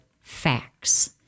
facts